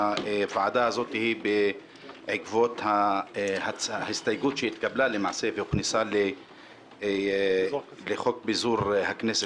הוועדה הזאת היא בעקבות ההסתייגות שהתקבלה והוכנסה לחוק פיזור הכנסת,